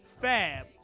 Fab